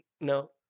No